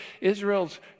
Israel's